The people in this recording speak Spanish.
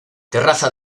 terraza